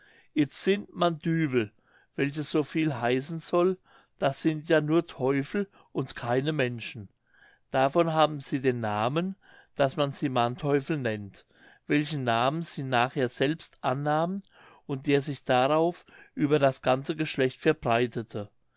id sint man düvel welches so viel heißen soll das sind ja nur teufel und keine menschen davon haben sie den namen daß man sie manteuffel nennt welchen namen sie nachher selbst annahmen und der sich darauf über das ganze geschlecht verbreitete